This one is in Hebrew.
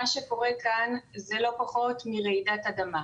מה שקורה כאן זה לא פחות מרעידת אדמה.